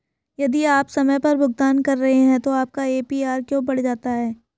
यदि आप समय पर भुगतान कर रहे हैं तो आपका ए.पी.आर क्यों बढ़ जाता है?